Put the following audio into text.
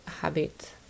habit